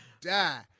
die